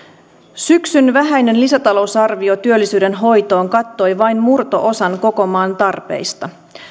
syksyn vähäinen lisätalousarvio työllisyydenhoitoon kattoi vain murto osan koko maan tarpeista